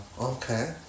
Okay